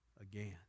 again